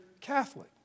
Catholic